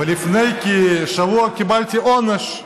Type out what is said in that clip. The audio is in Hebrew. לפני כשבוע קיבלתי עונש.